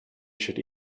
should